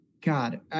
God